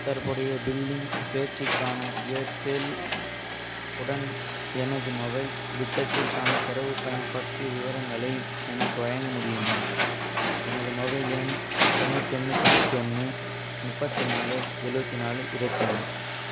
தற்போதைய பில்லிங் சுழற்சிக்கான ஏர்செல் உடன் எனது மொபைல் திட்டத்திற்கான தரவு பயன்பாட்டு விவரங்களை எனக்கு வழங்க முடியுமா எனது மொபைல் எண் தொண்ணூற்றி ஒன்று தொண்ணூற்றி ஒன்று முப்பத்தி நாலு எழுவத்தி நாலு இருபத்தி ஒன்று